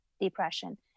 depression